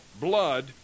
blood